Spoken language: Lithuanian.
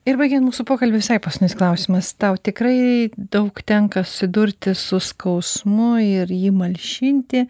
ir baigiant mūsų pokalbį visai paskutinis klausimas tau tikrai daug tenka susidurti su skausmu ir jį malšinti